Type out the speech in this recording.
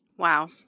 Wow